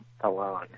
alone